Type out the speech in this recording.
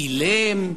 אילם?